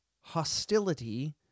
hostility